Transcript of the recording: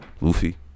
luffy